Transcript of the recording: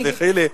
תסלחי לי,